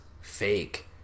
fake